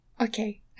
okay